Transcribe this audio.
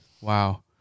Wow